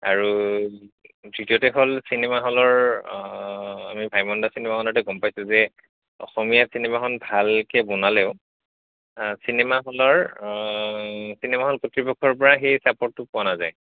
আৰু দ্বিতীয়তে হল চিনেমা হলৰ আমি ভাইমন দা চিনেমাখনতে গম পাইছোঁ যে অসমীয়া চিনেমাখন ভালকে বনালেও চিনেমা হলৰ চিনেমা হল কৰ্তৃপক্ষৰ পৰা সেই চাপৰ্টটো পোৱা নাযায়